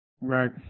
right